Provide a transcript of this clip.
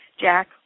Jack